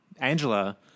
Angela